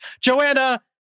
Joanna